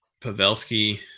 Pavelski